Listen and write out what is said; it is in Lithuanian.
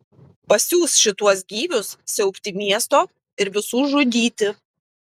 pasiųs šituos gyvius siaubti miesto ir visų žudyti